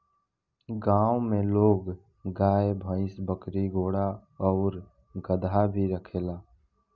गांव में लोग गाय, भइस, बकरी, घोड़ा आउर गदहा भी रखेला